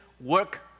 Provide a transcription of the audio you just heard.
work